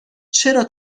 چرا